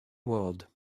world